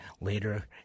later